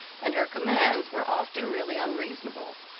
and her commands were often really unreasonable.